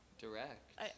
direct